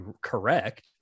correct